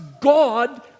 God